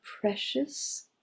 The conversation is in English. precious